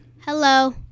Hello